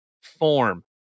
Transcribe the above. form